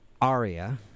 Aria